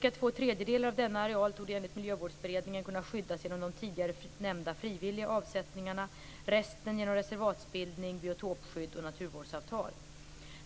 Ca två tredjedelar av denna areal torde enligt Miljövårdsberedningen kunna skyddas genom de tidigare nämnda frivilliga avsättningarna, och resten genom reservatsbildning, biotopskydd och naturvårdsavtal.